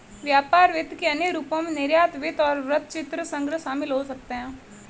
व्यापार वित्त के अन्य रूपों में निर्यात वित्त और वृत्तचित्र संग्रह शामिल हो सकते हैं